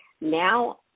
Now